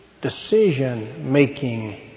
decision-making